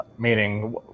Meaning